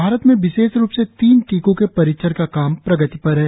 भारत में विशेष रूप से तीन टीकों के परीक्षण का काम प्रगति पर है